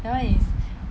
that [one] is